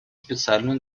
специальную